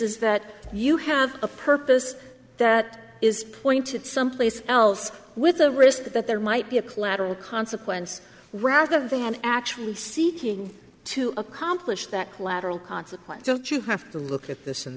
is that you have a purpose that is pointed someplace else with the risk that there might be a collateral consequence rather than actually seeking to accomplish that collateral consequences you have to look at this